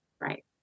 right